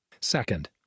Second